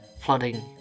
flooding